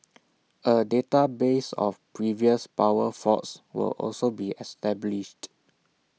A database of previous power faults will also be established